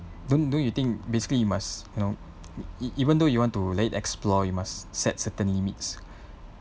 don't don't you think basically you must know ev~ even though you want to let it explore you must set certain limits